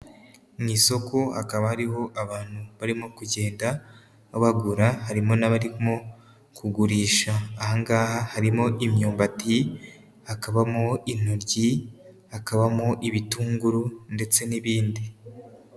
Mu isoko hakaba ariho abantu barimo kugenda bagura, harimo n'abarimo kugurisha aha ngaha harimo imyumbati, hakabamo intoryi, hakabamo ibitunguru ndetse n'ibindi.